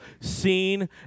seen